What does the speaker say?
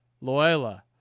Loyola